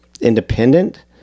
independent